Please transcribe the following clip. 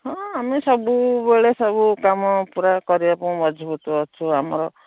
ହଁ ଆମେ ସବୁବେଳେ ସବୁ କାମ ପୁରା କରିବାକୁ ମଜବୁତ ଅଛୁ ଆମର